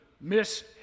miss